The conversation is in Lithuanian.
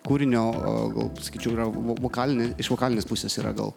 kūrinio gal pasakyčiau yra vokaline iš vokalinės pusės yra gal